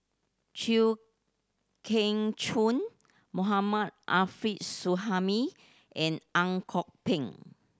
Chew Kheng Chuan Mohammad Arif Suhaimi and Ang Kok Peng